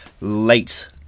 late